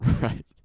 right